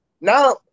now